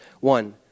One